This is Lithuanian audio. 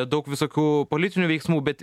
daug visokių politinių veiksmų bet